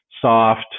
soft